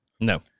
No